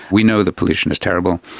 we know that pollution is terrible,